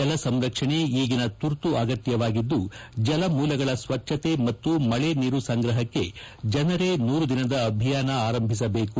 ಜಲಸಂರಕ್ಷಣೆ ಈಗಿನ ತುರ್ತು ಅಗತ್ಯವಿದ್ದು ಜಲಮೂಲಗಳ ಸ್ವಚ್ಛತೆ ಮತ್ತು ಮಳೆ ಕೊಯ್ಲಿಗೆ ಜನರೇ ನೂರು ದಿನದ ಅಭಿಯಾನ ಆರಂಭಿಸಬೇಕು